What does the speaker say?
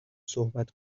صحبت